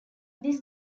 this